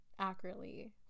Accurately